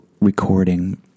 recording